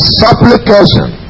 supplication